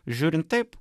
žiūrint taip